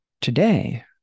Today